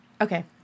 Okay